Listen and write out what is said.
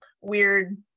weird